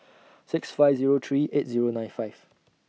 six five Zero three eight Zero nine five